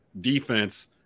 defense